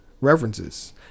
references